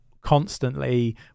constantly